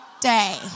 day